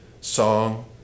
song